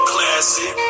Classic